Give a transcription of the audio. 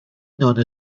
نان